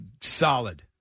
solid